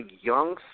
young